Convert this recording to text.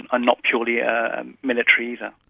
not purely ah military either.